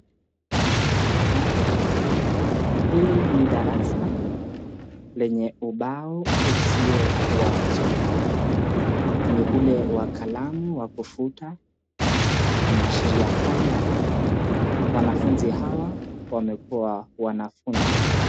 Naona hili ni darasa lenye ubao usio wa chokaa, ni ule wa kalamu ya kufuta, inaashiria kwamba wanafunzi hawa wamekuwa wanafunzwa.